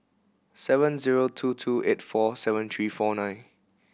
seven zero two two eight four seven three four nine